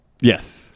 yes